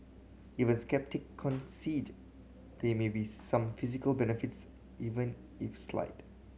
even sceptic concede there may be some physical benefits even if slide